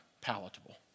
palatable